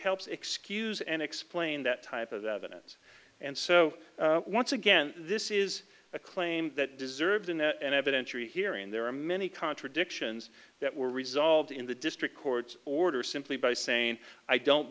helps excuse and explain that type of evidence and so once again this is a claim that deserves in an evidentiary hearing there are many contradictions that were resolved in the district court's order simply by saying i don't